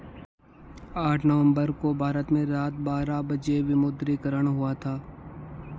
आठ नवम्बर को भारत में रात बारह बजे विमुद्रीकरण हुआ था